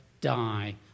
die